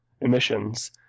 emissions